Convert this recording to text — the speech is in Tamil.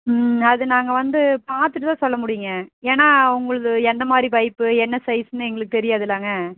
ம் அது நாங்கள் வந்து பார்த்துட்டு தான் சொல்ல முடியுங்க ஏன்னால் உங்களுது எந்தமாதிரி பைப்பு என்ன சைசுன்னு எங்களுக்கு தெரியாதில்லங்க